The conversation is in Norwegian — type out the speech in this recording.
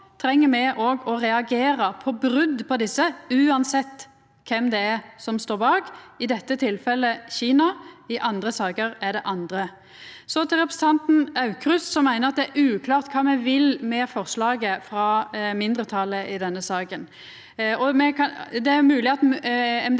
Då treng me òg å reagera på brot på desse, uansett kven det er som står bak – i dette tilfellet Kina, i andre saker er det andre. Så til representanten Aukrust, som meiner det er uklart kva me vil med forslaget frå mindretalet i denne saka.